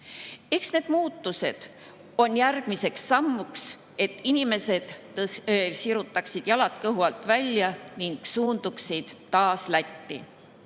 need muutused on järgmiseks sammuks, et inimesed sirutaksid jalad kõhu alt välja ning suunduksid taas Lätti.